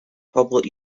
public